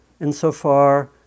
insofar